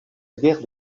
guerre